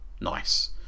nice